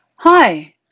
Hi